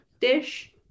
dish